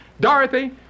Dorothy